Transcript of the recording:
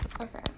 Okay